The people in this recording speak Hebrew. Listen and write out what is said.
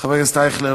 חבר הכנסת אייכלר,